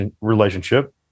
relationship